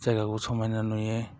जायगाखौबो समायना नुयो